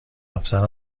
افسر